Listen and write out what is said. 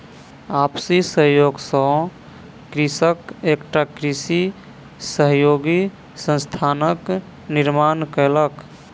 आपसी सहयोग सॅ कृषक एकटा कृषि सहयोगी संस्थानक निर्माण कयलक